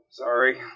Sorry